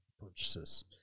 purchases